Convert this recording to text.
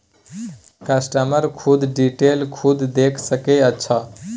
customer खुद detail खुद देख सके अच्छा